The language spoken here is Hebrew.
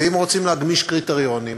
ואם רוצים להגמיש קריטריונים,